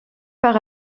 par